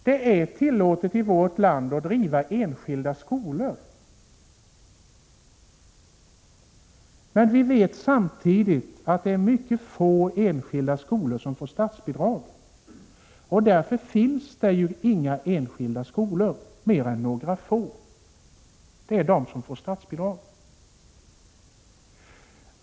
Det är i vårt land tillåtet att driva enskilda skolor, men det är mycket få enskilda skolor som får statsbidrag. Därför finns det inga andra enskilda skolor än de få som får statsbidrag.